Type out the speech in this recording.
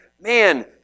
man